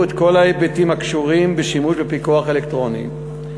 את כלל ההיבטים הקשורים בשימוש בפיקוח האלקטרוני.